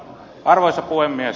arvoisa puhemies